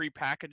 prepackaged